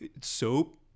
soap